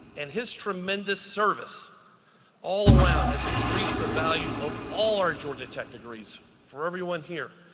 and his tremendous service all around has increased the value of all our georgia tech degrees for everyone here.